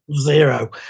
Zero